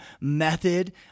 method